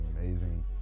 amazing